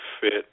fit